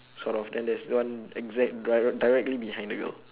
sort of then there's one exact dir~ directly behind the girl